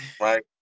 Right